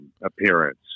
appearance